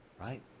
Right